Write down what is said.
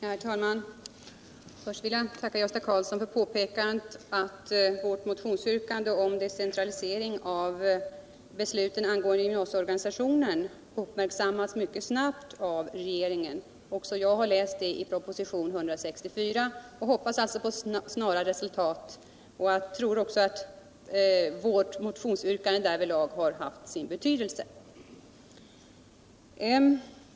Herr talman! Först vill jag tacka Gösta Karlsson för påpekandet att vårt motionsyrkande om decentralisering av besluten angående gymnasieorganisationen uppmärksammats mycket snabbt av regeringen. Också jag har läst det i propositionen 164 och hoppas alltså på snara resultat. Jag tror att vårt motionsyrkande därvidlag har haft sin betydelse.